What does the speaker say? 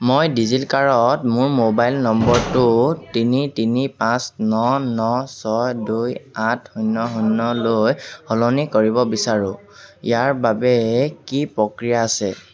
মই ডিজিলকাৰত মোৰ মোবাইল নম্বৰটো তিনি তিনি পাঁচ ন ন ছয় দুই আঠ শূন্য শূন্যলৈ সলনি কৰিব বিচাৰোঁ ইয়াৰ বাবে কি প্ৰক্ৰিয়া আছে